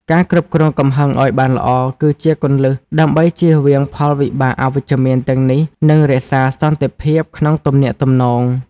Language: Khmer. ការគ្រប់គ្រងកំហឹងឱ្យបានល្អ គឺជាគន្លឹះដើម្បីជៀសវាងផលវិបាកអវិជ្ជមានទាំងនេះ និងរក្សាសន្តិភាពក្នុងទំនាក់ទំនង។